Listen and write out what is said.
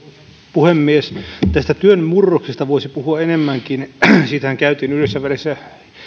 puhemies tästä työn murroksesta voisi puhua enemmänkin siitähän käytiin yhdessä välissä